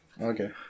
Okay